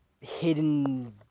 hidden